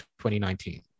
2019